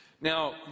Now